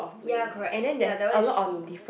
ya correct that one is true